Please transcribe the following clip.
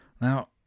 Now